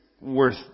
worth